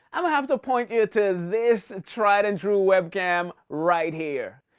have have to point you to this tried and true web cam, right here.